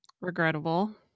regrettable